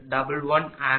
11A